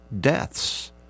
deaths